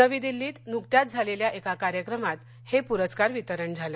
नवी दिल्लीत नुकत्याच झालेल्या एका कार्यक्रमात हे प्रस्कार वितरण झालं